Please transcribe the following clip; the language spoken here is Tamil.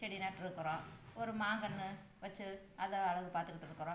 செடியை நட்டுருக்குறோம் ஒரு மாங்கன்று வச்சு அதை அழகு பார்த்துக்கிட்டுருக்குறோம்